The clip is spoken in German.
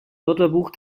wörterbuch